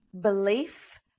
belief